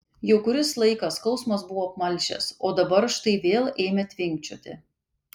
jau kuris laikas skausmas buvo apmalšęs o dabar štai vėl ėmė tvinkčioti